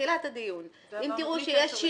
בתחילת הדיון שינויים,